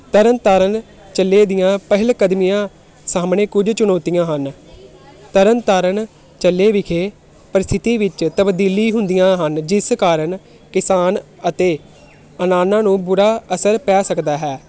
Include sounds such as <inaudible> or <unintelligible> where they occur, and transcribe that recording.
ਤਰਨਤਾਰਨ ਜ਼ਿਲ੍ਹੇ ਦੀਆਂ ਪਹਿਲਕਦਮੀਆਂ ਸਾਹਮਣੇ ਕੁਝ ਚੁਣੌਤੀਆਂ ਹਨ ਤਰਨਤਾਰਨ ਜ਼ਿਲ੍ਹੇ ਵਿਖੇ ਪਰਿਸਥਿਤੀ ਵਿੱਚ ਤਬਦੀਲੀ ਹੁੰਦੀਆਂ ਹਨ ਜਿਸ ਕਾਰਨ ਕਿਸਾਨ ਅਤੇ <unintelligible> ਨੂੰ ਬੁਰਾ ਅਸਰ ਪੈ ਸਕਦਾ ਹੈ